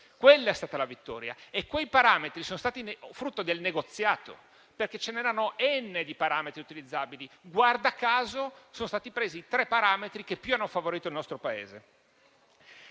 Quella è stata la vittoria e quei parametri sono stati frutto del negoziato, perché c'erano *n* parametri utilizzabili, ma guarda caso sono stati presi i tre parametri che più hanno favorito il nostro Paese.